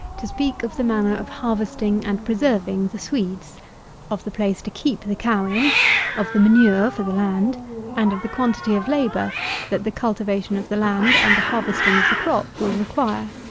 to speak of the manner of harvesting and preserving the swedes of the place to keep the cow in of the manure for the land and of the quantity of labour that the cultivation of the land and the harvesting of the crop will require.